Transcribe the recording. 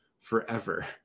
forever